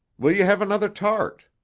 will you have another tart?